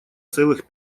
целых